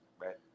right